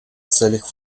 целях